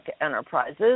Enterprises